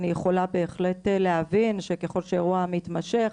אני יכולה בהחלט להבין שככל שהאירוע מתמשך,